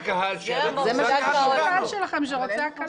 זה הקהל שלכם, שרוצה הקלות.